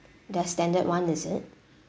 the standard [one] is it